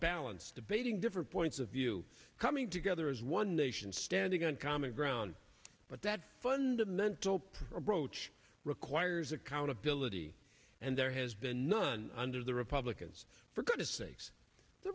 balance debating different points of view coming together as one nation standing on common ground but that fundamental pro choice requires accountability and there has been none under the republic yes for goodness sakes the